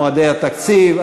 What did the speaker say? מועדי התקציב,